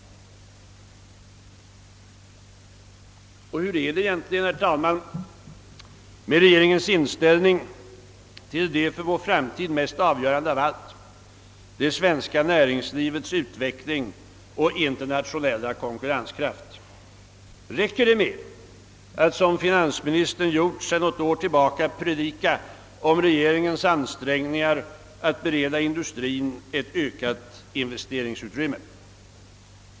Hur är det egentligen, herr talman, med regeringens inställning till det för vår framtid mest avgörande av allt, nämligen det svenska näringslivets utveckling och internationella konkurrenskraft? Räcker det med att, som finansministern gjort sedan något år tillbaka, predika om regeringens ansträngningar att bereda industrien ett ökat investeringsutrymme?